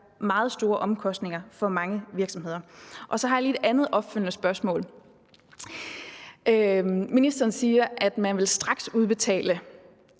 meget store omkostninger for mange virksomheder. Så har jeg også lige et andet opfølgende spørgsmål. Ministeren siger, at man vil straksudbetale